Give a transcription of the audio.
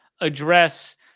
address